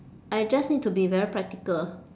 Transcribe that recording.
I just need to be very practical